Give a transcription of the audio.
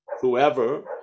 whoever